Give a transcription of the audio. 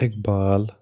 Iqbal